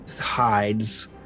hides